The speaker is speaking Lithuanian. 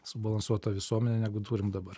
subalansuotą visuomenę negu turim dabar